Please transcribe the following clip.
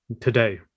Today